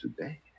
today